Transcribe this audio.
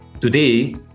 Today